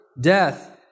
death